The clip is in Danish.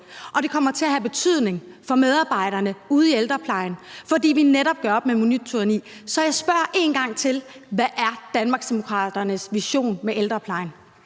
og det kommer til at have betydning for medarbejderne ude i ældreplejen, fordi vi netop gør op med minuttyranni. Så jeg spørger en gang til: Hvad er Danmarksdemokraternes vision for ældreplejen?